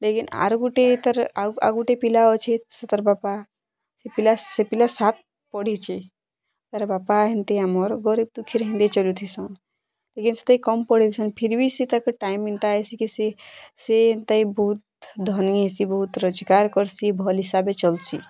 ଲେକିନ୍ ଆର୍ ଗୁଟେ ତା'ର୍ ଆଉ ଆଉ ଗୁଟେ ପିଲା ଅଛି ସେ ତା'ର୍ ବାପା ସେ ପିଲା ସେ ପିଲା ସାତ୍ ପଢ଼ିଛି ତାର ବାପା ହେନ୍ତି ଆମର୍ ଘରେ ଦୁଃଖରେ ହେନ୍ତି ଚଲୁଥିସନ୍ ସେ ଏତେ କମ୍ ପଢ଼ିଥିସନ୍ ଫିରଭି ସେ ତାକର୍ ଟାଇମ୍ଙ୍ଗ ଥାଏ ସେ ଏନ୍ତା କି ବହୁତ୍ ଧନୀ ହେସି ବହୁତ୍ ରୋଜଗାର୍ କର୍ସି ଭଲ୍ ହିସାବେ ଚଲ୍ସି